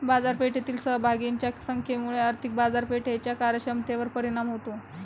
बाजारपेठेतील सहभागींच्या संख्येमुळे आर्थिक बाजारपेठेच्या कार्यक्षमतेवर परिणाम होतो